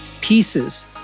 pieces